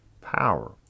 power